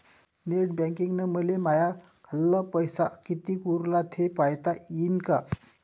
Net बँकिंगनं मले माह्या खाल्ल पैसा कितीक उरला थे पायता यीन काय?